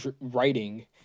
writing